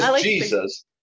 Jesus